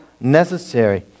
necessary